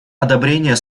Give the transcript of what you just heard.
одобрение